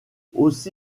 aussi